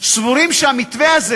סבורים שהמתווה הזה